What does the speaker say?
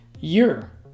year